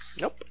Nope